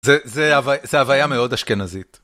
זו הוויה מאוד אשכנזית.